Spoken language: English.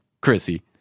chrissy